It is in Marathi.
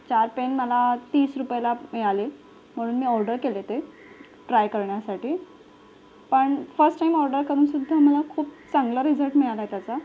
चार पेन मला तीस रुपयाला मिळाले म्हणून मी ऑर्डर केले ते ट्राय करण्यासाठी पण फर्स्ट टाईम ऑर्डर करूनसुद्धा मला खूप चांगला रिझल्ट मिळाला आहे त्याचा